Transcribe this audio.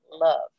love